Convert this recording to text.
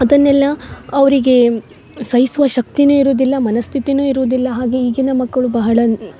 ಅದನ್ನೆಲ್ಲ ಅವರಿಗೆ ಸಹಿಸುವ ಶಕ್ತಿನೆ ಇರುದಿಲ್ಲ ಮನಸ್ಥಿತಿನು ಇರುದಿಲ್ಲ ಹಾಗೆ ಈಗಿನ ಮಕ್ಕಳು ಬಹಳ